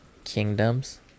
kingdoms